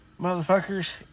Motherfuckers